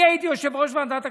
אני הייתי יושב-ראש ועדת הכספים,